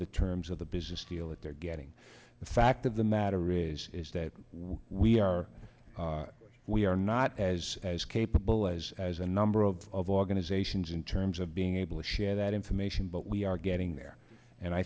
the terms of the business feel that they're getting the fact of the matter is is that we are we are not as as capable as as a number of organizations in terms of being able to share that information but we are getting there and i